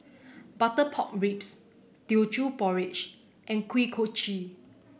Butter Pork Ribs Teochew Porridge and Kuih Kochi